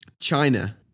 China